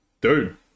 Dude